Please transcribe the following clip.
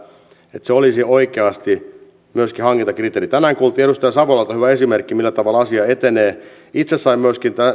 että se olisi oikeasti myöskin hankintakriteeri tänään kuultiin edustaja savolalta hyvä esimerkki millä tavalla asia etenee myöskin itse sain ensi